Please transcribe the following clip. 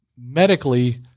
medically